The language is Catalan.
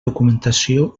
documentació